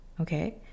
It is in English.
okay